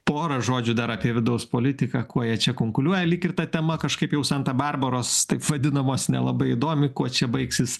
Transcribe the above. porą žodžių dar apie vidaus politiką kuo jie čia kunkuliuoja lyg ir ta tema kažkaip jau santa barbaros taip vadinamas nelabai įdomi kuo čia baigsis